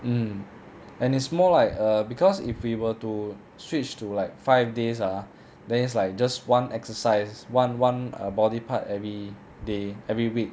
hmm and it's more like err because if we were to switch to like five days ah then is like just one exercise one one body part every day every week